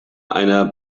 einer